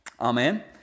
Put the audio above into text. Amen